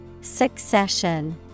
Succession